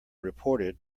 reported